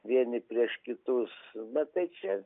vieni prieš kitus bet tai čia